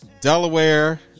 Delaware